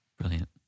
Brilliant